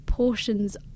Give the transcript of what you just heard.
portions